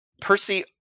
Percy